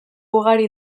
ugari